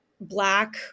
black